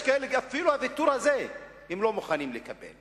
יש כאלה שאפילו את הוויתור הזה לא מוכנים לקבל